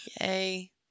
yay